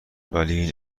ولی